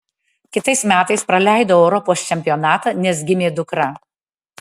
kitais metais praleidau europos čempionatą nes gimė dukra